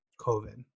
COVID